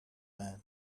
man